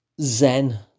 Zen